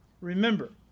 remember